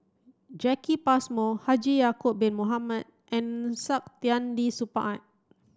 Jacki Passmore Haji Ya'acob bin Mohamed and Saktiandi Supaat